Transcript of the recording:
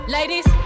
Ladies